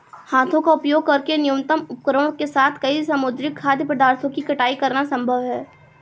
हाथों का उपयोग करके न्यूनतम उपकरणों के साथ कई समुद्री खाद्य पदार्थों की कटाई करना संभव है